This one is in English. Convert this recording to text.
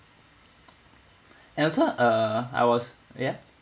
and also uh I was ya